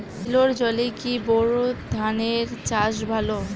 সেলোর জলে কি বোর ধানের চাষ ভালো?